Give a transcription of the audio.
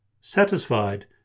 Satisfied